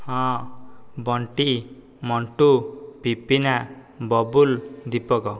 ହଁ ବଣ୍ଟି ମଣ୍ଟୁ ପିପିନା ବବୁଲ ଦୀପକ